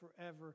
forever